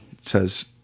says